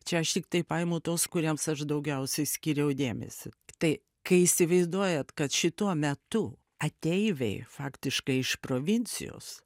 čia aš tiktai paimu tuos kuriems aš daugiausiai skyriau dėmesį tai kai įsivaizduojat kad šituo metu ateiviai faktiškai iš provincijos